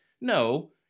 no